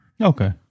Okay